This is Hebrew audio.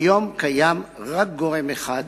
כיום קיים רק גורם אחד,